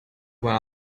when